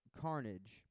Carnage